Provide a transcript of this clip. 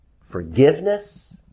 forgiveness